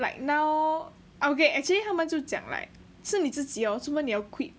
like now okay actually 他们就讲 like 是你自己要做 zuo mo 你要 quit